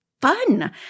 fun